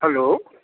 hello